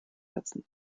setzen